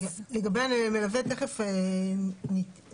לגבי המלווה, נתייחס